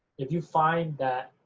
if you find that